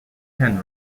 ten